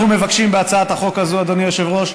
אנחנו מבקשים בהצעת החוק הזאת, אדוני היושב-ראש,